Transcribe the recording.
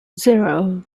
zero